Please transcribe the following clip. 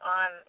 on